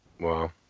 Wow